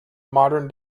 modern